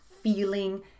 feeling